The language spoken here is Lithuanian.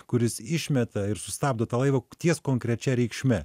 kuris išmeta ir sustabdo tą laivą ties konkrečia reikšme